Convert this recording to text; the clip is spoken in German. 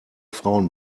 frauen